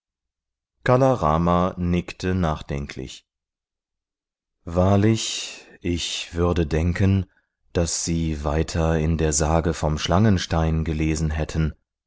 kala rama nickte nachdenklich wahrlich ich würde denken daß sie weiter in der sage vom schlangenstein gelesen hätten